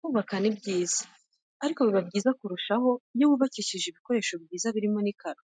Kubaka ni byiza ariko biba byiza kurushaho iyo wubakishije ibikoresho byiza birimo n'iri karo,